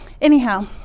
anyhow